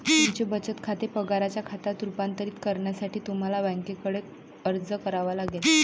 तुमचे बचत खाते पगाराच्या खात्यात रूपांतरित करण्यासाठी तुम्हाला बँकेकडे अर्ज करावा लागेल